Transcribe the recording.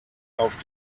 auf